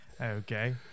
Okay